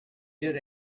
get